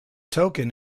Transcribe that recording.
token